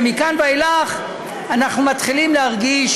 ומכאן ואילך אנחנו מתחילים להרגיש